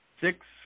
six